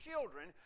children